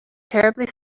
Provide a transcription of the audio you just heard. terribly